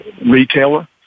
retailer